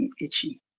itchy